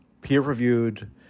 peer-reviewed